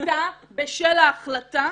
נקטע בשל ההחלטה